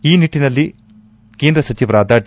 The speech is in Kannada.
ಆ ನಿಟ್ಟನಲ್ಲಿ ಕೇಂದ್ರ ಸಚಿವರಾದ ಡಿ